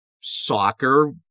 soccer